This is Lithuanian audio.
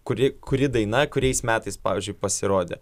kuri kuri daina kuriais metais pavyzdžiui pasirodė